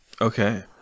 okay